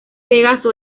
pegaso